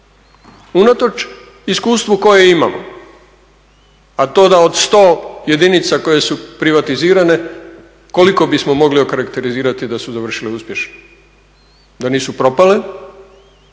Unatoč iskustvu koje imamo, a to od 100 jedinica koje su privatizirane koliko bismo mogli okarakterizirati da su završile uspješno, da nisu propale,